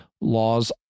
laws